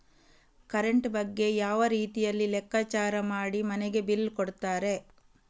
Current ಬಗ್ಗೆ ಯಾವ ರೀತಿಯಲ್ಲಿ ಲೆಕ್ಕಚಾರ ಮಾಡಿ ಮನೆಗೆ ಬಿಲ್ ಕೊಡುತ್ತಾರೆ?